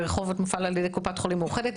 ברחובות מופעל על ידי קופת חולים מאוחדת.